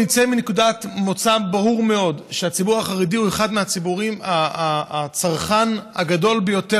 נצא מנקודת מוצא ברורה מאוד שהציבור החרדי הוא הצרכן הגדול ביותר,